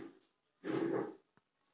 हमर गेयो के इंश्योरेंस होव है?